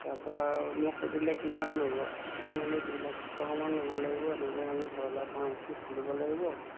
তাৰপা মোক সুধিলে কিমান ল'ব মই বোলো দুই লাখ টকামান ল'ব লাগিব এনেকে আমি ব্ৰইলাৰ ফাৰ্মখন খুলিব লাগিব